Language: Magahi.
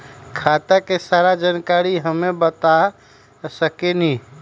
खाता के सारा जानकारी हमे बता सकेनी?